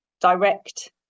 direct